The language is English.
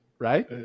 Right